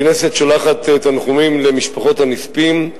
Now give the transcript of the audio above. הכנסת שולחת תנחומים למשפחות הנספים,